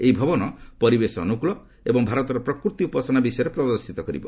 ଏହି ଭବନ ପରିବେଶ ଅନୁକୂଳ ଏବଂ ଭାରତର ପ୍ରକୃତି ଉପାସନା ବିଷୟରେ ପ୍ରଦର୍ଶିତ କରିବ